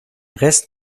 rest